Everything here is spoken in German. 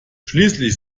schließlich